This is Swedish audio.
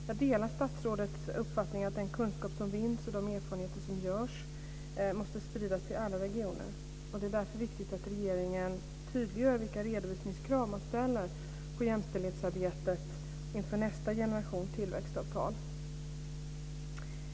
Jag delar statsrådets uppfattning att den kunskap som vinns och de erfarenheter som görs måste spridas till alla regioner. Det är därför viktigt att regeringen tydliggör vilka redovisningskrav man ställer på jämställdhetsarbetet inför nästa generation av tillväxtavtal.